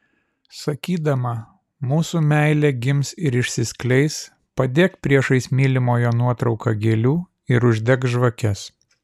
sakydama mūsų meilė gims ir išsiskleis padėk priešais mylimojo nuotrauką gėlių ir uždek žvakes